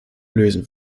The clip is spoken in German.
lösen